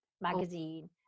magazine